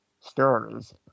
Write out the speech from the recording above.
stories